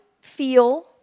feel